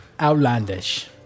Outlandish